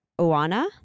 oana